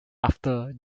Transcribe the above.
after